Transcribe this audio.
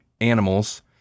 animals